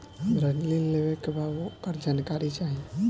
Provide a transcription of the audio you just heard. हमरा ऋण लेवे के बा वोकर जानकारी चाही